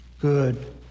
good